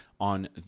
on